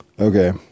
Okay